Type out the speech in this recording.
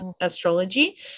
astrology